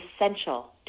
essential